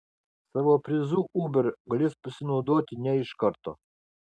savo prizu uber galės pasinaudoti ne iš karto